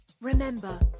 remember